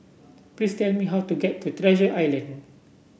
please tell me how to get to Treasure Island